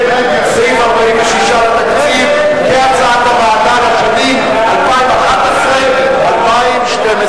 סעיף 46 לתקציב, כהצעת הוועדה, לשנים 2011 ו-2012.